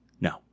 No